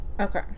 Okay